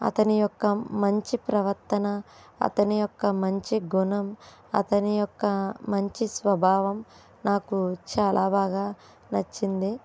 అతని యొక్క మంచి ప్రవర్తన అతని యొక్క మంచి గుణం అతని యొక్క మంచి స్వభావం నాకు చాలా బాగా నచ్చింది